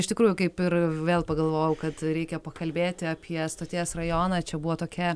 iš tikrųjų kaip ir vėl pagalvojau kad reikia pakalbėti apie stoties rajoną čia buvo tokia